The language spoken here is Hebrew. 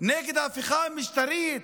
נגד ההפיכה המשטרית